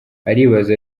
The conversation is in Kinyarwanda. aribaza